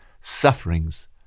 sufferings